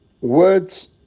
Words